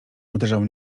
uderzał